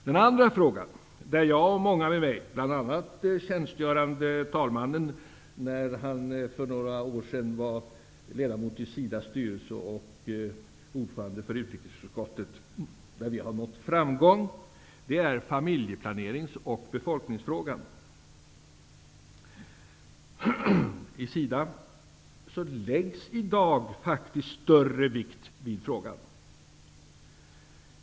Den andra frågan där jag och många med mig, bl.a. tjänstgörande talmannen när han för några år sedan var ledamot av SIDA:s styrelse och ordförande i utrikesutskottet, har nått framgång är familjeplanerings och befolkningsfrågan. I SIDA läggs i dag faktiskt större vikt vid frågan.